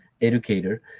educator